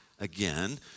again